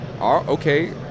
okay